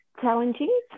challenging